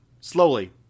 slowly